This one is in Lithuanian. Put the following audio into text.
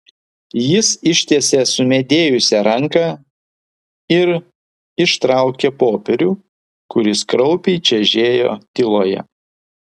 jis ištiesė sumedėjusią ranką ir ištraukė popierių kuris kraupiai čežėjo tyloje